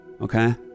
Okay